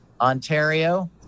Ontario